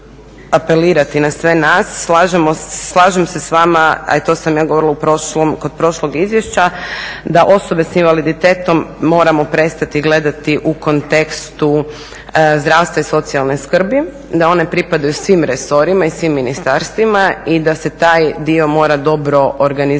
Slažem se s vama, a to sam ja govorila kod prošlog izvješća da osobe sa invaliditetom moramo prestati gledati u kontekstu zdravstva i socijalne skrbi, da one pripadaju svim resorima i svim ministarstvima i da se taj dio mora dobro organizirati